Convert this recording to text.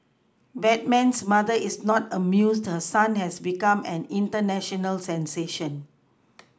Batman's mother is not amused her son has become an international sensation